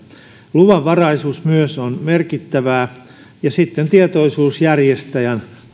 luvanvaraisuus on merkittävää ja sitten tietoisuus järjestäjän